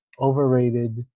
overrated